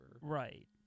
Right